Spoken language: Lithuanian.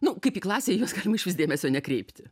nu kaip į klasę į juos galima išvis dėmesio nekreipti